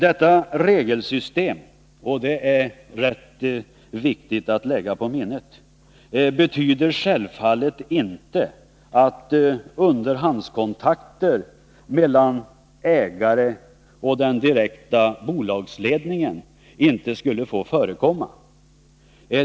Detta regelsystem, och det är rätt viktigt att lägga på minnet, betyder självfallet inte att underhandskontakter mellan ägare och den direkta bolagsledningen inte skulle få förekomma.